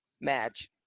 match